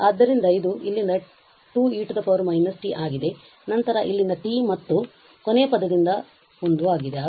ಆದ್ದರಿಂದ ಇದು ಇಲ್ಲಿಂದ 2e −t ಆಗಿದೆ ನಂತರ ಇಲ್ಲಿಂದ t ಮತ್ತು ಕೊನೆಯ ಪದದಿಂದ 1 ಆಗಿದೆ